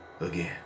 again